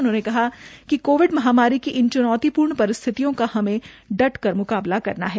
उन्होंने कहा कि कोविड महामारी की इस चूनौतीपूर्ण परिस्थितियों का हमे डटकर मुकाबला करना है